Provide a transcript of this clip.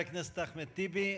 לחבר הכנסת אחמד טיבי.